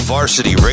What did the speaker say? Varsity